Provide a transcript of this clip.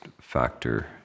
factor